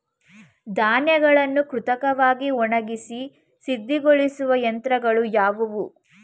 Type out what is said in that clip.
ಧಾನ್ಯಗಳನ್ನು ಕೃತಕವಾಗಿ ಒಣಗಿಸಿ ಸಿದ್ದಗೊಳಿಸುವ ಯಂತ್ರಗಳು ಯಾವುವು?